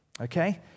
okay